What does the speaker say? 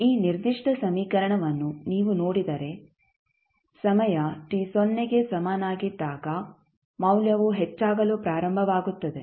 ಈ ನಿರ್ದಿಷ್ಟ ಸಮೀಕರಣವನ್ನು ನೀವು ನೋಡಿದರೆ ಸಮಯ t ಸೊನ್ನೆಗೆ ಸಮನಾಗಿದ್ದಾಗ ಮೌಲ್ಯವು ಹೆಚ್ಚಾಗಲು ಪ್ರಾರಂಭವಾಗುತ್ತದೆ